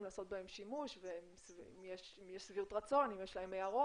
לעשות בהם שימוש ויש שביעות רצון או הערות.